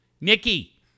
Nikki